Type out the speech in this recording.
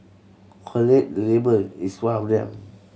collate the Label is one of them